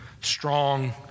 strong